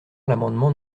l’amendement